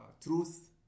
truth